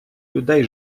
людей